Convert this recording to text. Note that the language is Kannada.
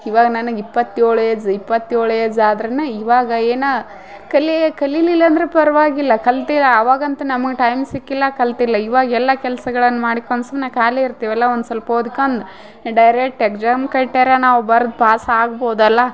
ಇವಾಗ ನನ್ಗೆ ಇಪ್ಪತ್ತೇಳು ಏಝ್ ಇಪ್ಪತ್ತೇಳು ಏಝ್ ಆದ್ರನ ಇವಾಗ ಏನು ಕಲಿಯ ಕಲಿಯಲಿಲ್ಲ ಅಂದ್ರ ಪರವಾಗಿಲ್ಲ ಕಲ್ತಿದ್ದು ಅವಾಗಂತು ನಮಗೆ ಟೈಮ್ ಸಿಕ್ಕಿಲ್ಲ ಕಲ್ತಿಲ್ಲ ಇವಾಗ ಎಲ್ಲಾ ಕೆಲ್ಸಗಳನ್ನು ಮಾಡಿಕಂಡು ಸುಮ್ಮನೆ ಖಾಲಿ ಇರ್ತೀವಲ್ಲ ಒಂದು ಸ್ವಲ್ಪ ಓದ್ಕಂಡು ಡೈರೆಕ್ಟ್ ಎಗ್ಜಾಮ್ ಕಟ್ಯಾರ ನಾವು ಬರೆದು ಪಾಸ್ ಆಗ್ಬೋದಲ್ಲ